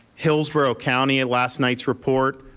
hillsborough county, and last night's report,